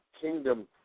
kingdom